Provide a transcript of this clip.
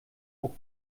auch